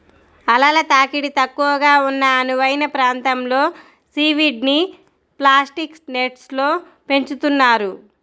అలల తాకిడి తక్కువగా ఉన్న అనువైన ప్రాంతంలో సీవీడ్ని ప్లాస్టిక్ నెట్స్లో పెంచుతున్నారు